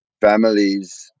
families